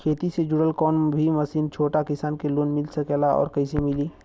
खेती से जुड़ल कौन भी मशीन छोटा किसान के लोन मिल सकेला और कइसे मिली?